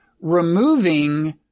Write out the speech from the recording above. removing